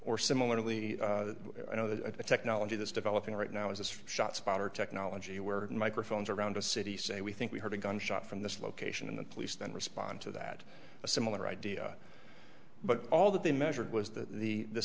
or similarly you know that a technology that's developing right now is this shot spotter technology where microphones around a city say we think we heard a gunshot from this location and the police then respond to that a similar idea but all that they measured was the the the